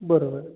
बरोबर